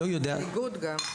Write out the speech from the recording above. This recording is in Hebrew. והאיגוד גם.